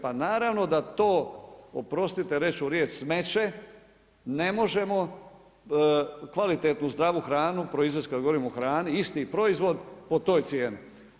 Pa naravno, da to, oprostite reći ću riječ smeće, ne možemo kvalitetnu zdravu hranu proizvesti, kad govorimo o hrani, isti proizvod po toj cijeni.